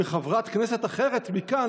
וחברת כנסת אחרת מכאן,